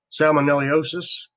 Salmonellosis